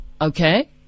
Okay